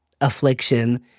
affliction